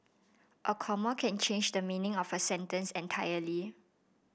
a comma can change the meaning of a sentence entirely